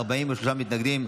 43 מתנגדים.